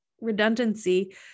redundancy